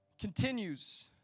continues